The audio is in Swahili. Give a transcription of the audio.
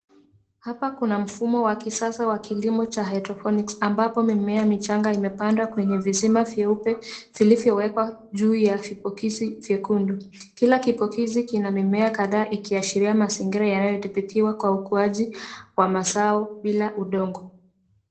Hapa kuna mfumo wa kisasa wa kilimo cha hydroponics ambapo mimea michanga imepandwa kwenye visima vyeupe vilivyowekwa juu ya vipokezi vyekundu. Kila kipokezi kina mimea kadhaa ikiashiria mazingira yanayodhibitiwa kwa ukuaji wa mazao bila udongo.